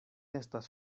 estas